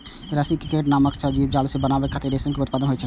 रसी क्रिकेट नामक जीव सं जाल बनाबै खातिर रेशम के उत्पादन होइ छै